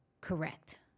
Correct